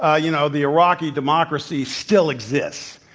ah you know, the iraqi democracy still exists.